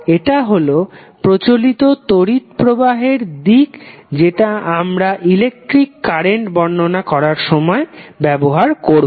এটা হল প্রচলিত তড়িৎ প্রবাহের দিক যেটা আমরা ইলেকট্রিক কারেন্ট বর্ণনা করার সময় ব্যবহার করব